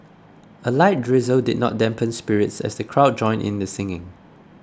a light drizzle did not dampen spirits as the crowd joined in the singing